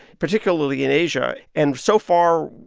particularly in asia. and so far,